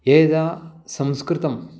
यदा संस्कृतम्